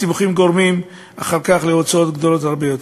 הסיבוכים גורמים אחר כך להוצאות גדולות הרבה יותר.